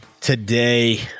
Today